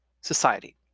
society